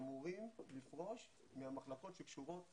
שאמורים לפרוש מהמחלקות שקשורות